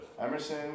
Emerson